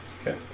Okay